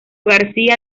garcía